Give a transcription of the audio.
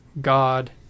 God